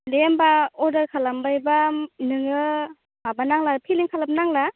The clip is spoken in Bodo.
दे होमब्ला अर्डार खालामबायब्ला नोङो माबा नांला फेलें खालामनांला